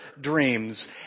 dreams